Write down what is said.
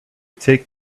take